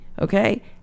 okay